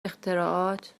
اختراعات